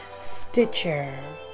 Stitcher